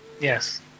Yes